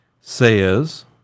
says